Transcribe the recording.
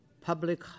public